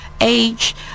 age